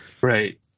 right